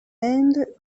end